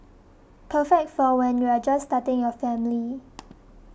perfect for when you're just starting your family